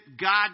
God